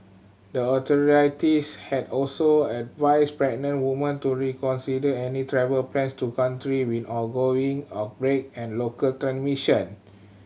the authorities had also advised pregnant women to reconsider any travel plans to country with ongoing outbreak and local transmission